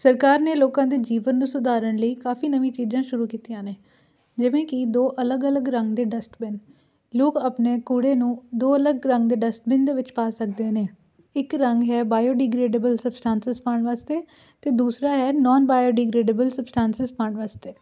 ਸਰਕਾਰ ਨੇ ਲੋਕਾਂ ਦੇ ਜੀਵਨ ਨੂੰ ਸੁਧਾਰਨ ਲਈ ਕਾਫੀ ਨਵੀਂ ਚੀਜ਼ਾਂ ਸ਼ੁਰੂ ਕੀਤੀਆਂ ਨੇ ਜਿਵੇਂ ਕਿ ਦੋ ਅਲੱਗ ਅਲੱਗ ਰੰਗ ਦੇ ਡਸਟਬਿਨ ਲੋਕ ਆਪਣੇ ਕੂੜੇ ਨੂੰ ਦੋ ਅਲੱਗ ਰੰਗ ਦੇ ਡਸਟਬਿਨ ਦੇ ਵਿੱਚ ਪਾ ਸਕਦੇ ਨੇ ਇੱਕ ਰੰਗ ਹੈ ਬਾਇਓਡੀਗਰੇਡੇਬਲ ਸਬਸਟਾਂਸਿਸ ਪਾਉਣ ਵਾਸਤੇ ਤੇ ਦੂਸਰਾ ਹੈ ਨੋਨ ਬਾਇਓਡੀਗਰੇਡੇਬਲ ਸਬਸਟਾਂਸਿਸ ਪਾਉਣ ਵਾਸਤੇ